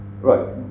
right